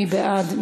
מי בעד?